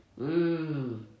Mmm